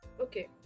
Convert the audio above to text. Okay